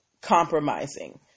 compromising